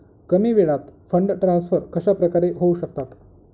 कमी वेळात fund transfer कशाप्रकारे होऊ शकतात?